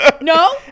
No